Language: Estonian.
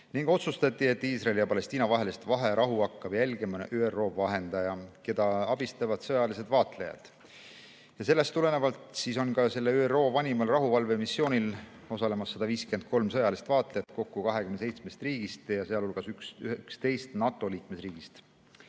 ning otsustati, et Iisraeli ja Palestiina vahelist vaherahu hakkab jälgima ÜRO vahendaja, keda abistavad sõjalised vaatlejad. Sellest tulenevalt on ÜRO vanimal rahuvalvemissioonil osalemas 153 sõjalist vaatlejat kokku 27 riigist, sealhulgas 11-st NATO liikmesriigist.